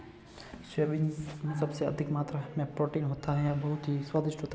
soybean में सबसे अधिक मात्रा में प्रोटीन होता है यह बहुत ही स्वादिष्ट होती हैं